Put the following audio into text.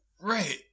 Right